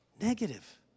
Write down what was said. negative